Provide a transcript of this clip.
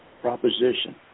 proposition